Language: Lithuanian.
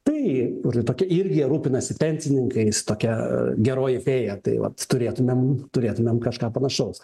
tai tokia irgi rūpinasi pensininkais tokia geroji fėja tai vat turėtumėm turėtumėm kažką panašaus